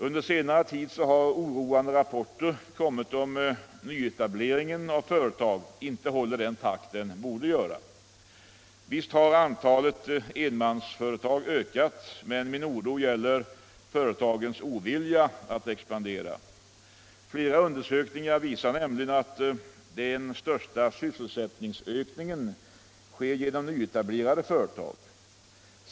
Under senare tid har oroande rapporter kommit om att nyetableringen av företag inte håller den takt den borde. Visst har antalet enmansföretag ökat, men min oro gäller företagens ovilja att expandera. Flera undersökningar visar nämligen att den största sysselsättningsökningen sker genom nyetablerade företag.